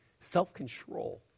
Self-control